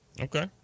okay